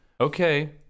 Okay